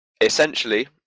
Essentially